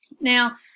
Now